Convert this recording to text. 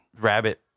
rabbit